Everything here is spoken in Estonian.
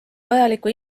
vajaliku